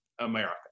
America